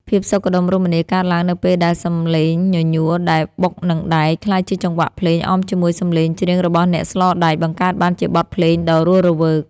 ភាពសុខដុមរមនាកើតឡើងនៅពេលដែលសម្លេងញញួរដែលបុកនឹងដែក ក្លាយជាចង្វាក់ភ្លេងអមជាមួយសម្លេងច្រៀងរបស់អ្នកស្លដែក បង្កើតបានជាបទភ្លេងដ៏រស់រវើក។